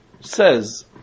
says